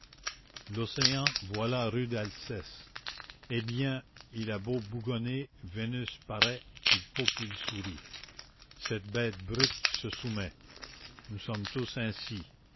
l'océan voilà un rude alceste eh bien il a beau bougonner vénus paraît il faut qu'il sourie cette bête brute se soumet nous sommes tous ainsi